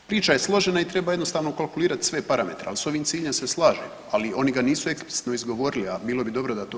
Priča je složena i treba jednostavno ukalkulirat sve parametre, al s ovim ciljem se slažem, ali oni ga nisu eksplicitno izgovorili, al bilo bi dobro da to